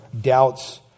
doubts